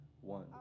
one